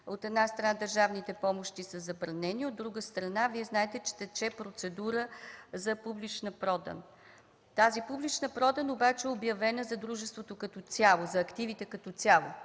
От една страна, държавните помощи са забранени, от друга страна, Вие знаете, че тече процедура за публична продан. Тази публична продан обаче е обявена за дружеството като цяло, за активите като цяло.